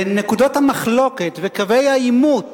ונקודות המחלוקת, וקווי העימות,